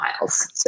Miles